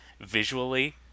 visually